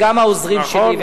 וגם אצל העוזרים שלי.